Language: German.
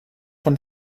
von